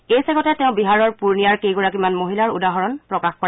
এই চেগতে তেওঁ বিহাৰৰ পূৰ্ণিয়াৰ কেইগৰাকীমান মহিলাৰ উদাহৰণ প্ৰকাশ কৰে